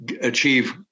achieve